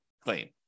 claim